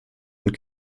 und